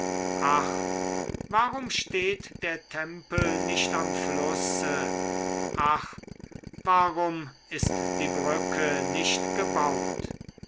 ach warum steht der tempel nicht am flusse ach warum ist die brücke nicht gebaut